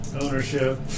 ownership